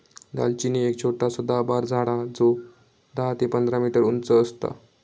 दालचिनी एक छोटा सदाबहार झाड हा जो दहा ते पंधरा मीटर उंच असता